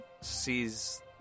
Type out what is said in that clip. sees